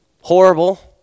horrible